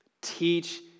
Teach